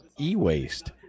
e-waste